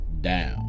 down